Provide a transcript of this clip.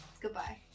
Goodbye